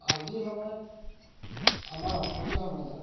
আজিৰ সময়ত আমাৰ অসমীয়া সমাজত